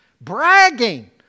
Bragging